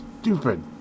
Stupid